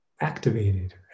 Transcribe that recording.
activated